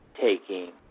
taking